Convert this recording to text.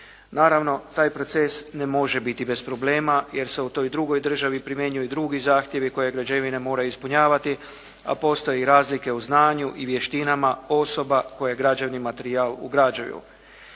Naravno taj proces ne može biti bez problema jer se u toj drugoj državi primjenjuju i drugi zahtjevi koje građevine moraju ispunjavati, a postoje i razlike u znanju i vještinama osoba koje građevni materijal ugrađuju.